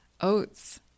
oats